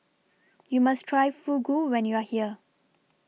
YOU must Try Fugu when YOU Are here